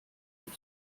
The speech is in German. mit